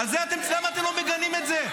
למה אתם לא מגנים את זה?